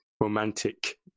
romantic